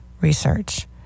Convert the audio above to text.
research